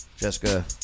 Jessica